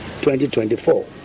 2024